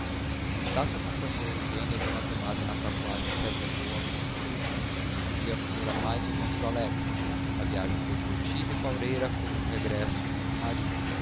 estácio acompanhou eugênia e d tomásia na carruagem que as levou ao rio comprido o dia fora mais ou menos alegre a viagem foi divertida e palreira como um regresso de romaria